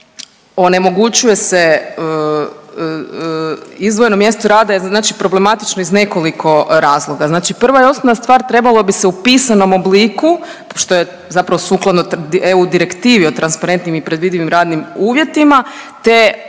onemogućuje se, izdvojeno mjesto rada je znači problematično iz nekoliko razloga. Znači, prva i osnovna stvar trebalo bi se u pisanom obliku što je zapravo sukladno EU direktivi o transparentnim i predvidivim radnim uvjetima, te